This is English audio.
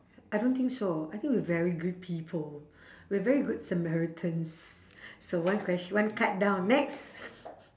I don't think so I think we're very good people we're very good samaritans so one ques~ one card down next